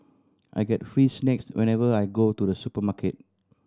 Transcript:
I get free snacks whenever I go to the supermarket